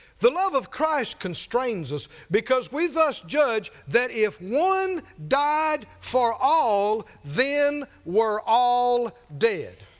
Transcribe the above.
the love of christ constrains us because we thus judge, that if one died for all, then were all dead.